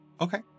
Okay